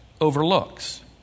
overlooks